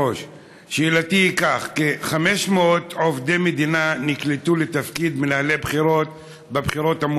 הלנת שכר של מנהלי בחירות.